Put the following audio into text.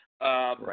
Right